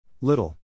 Little